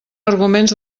arguments